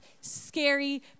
scary